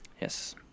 Yes